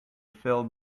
fill